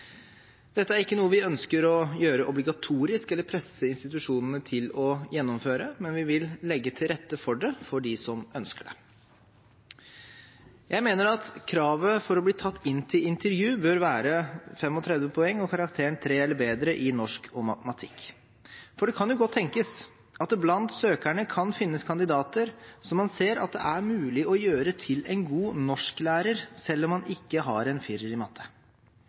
Dette er ikke noe vi ønsker å gjøre obligatorisk eller presse institusjonene til å gjennomføre, men vi vil legge til rette for det for dem som ønsker det. Jeg mener at kravet for å bli tatt inn til intervju bør være 35 poeng og karakteren 3 eller bedre i norsk og matematikk. Det kan jo godt tenkes at det blant søkerne kan finnes kandidater som man ser at det er mulig å gjøre til en god norsklærer, selv om man ikke har en firer i matte.